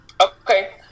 Okay